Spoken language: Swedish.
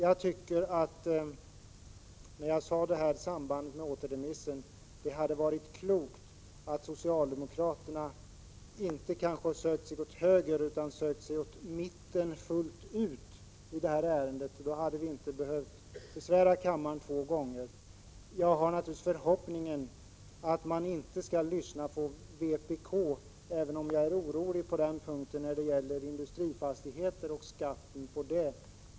Jag sade i samband med återremissen av ärendet att det hade varit klokt om socialdemokraterna inte sökt sig åt höger utan fullt ut sökt sig mot mitten. Då hade vi inte behövt besvära kammaren två gånger. Jag har naturligtvis förhoppningen att socialdemokraterna inte skall lyssna på vpk, även om jag är orolig på den punkten när det gäller skatt på industrifastigheter.